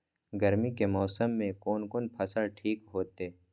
गर्मी के मौसम में कोन कोन फसल ठीक होते?